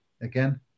again